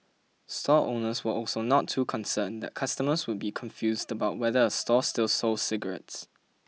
store owners were also not too concerned that customers would be confused about whether a store still sold cigarettes